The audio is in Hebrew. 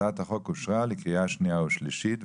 הצבעה אושר הצעת החוק אושרה לקריאה שניה ושלישית,